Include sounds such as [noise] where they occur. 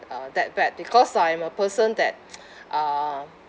uh that bad because I'm a person that [noise] uh